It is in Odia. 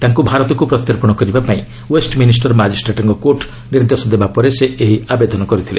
ତାଙ୍କୁ ଭାରତକୁ ପ୍ରତ୍ୟର୍ପଣ କରିବା ପାଇଁ ଓ୍ବେଷ୍ଟମିନିଷ୍ଟର ମାଜିଷ୍ଟ୍ରେଟ୍ଙ୍କ କୋର୍ଟ୍ ନିର୍ଦ୍ଦେଶ ଦେବା ପରେ ସେ ଏହି ଆବେଦନ କରିଥିଲେ